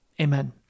Amen